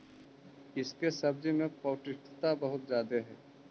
इसके सब्जी में पौष्टिकता बहुत ज्यादे हई